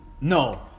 No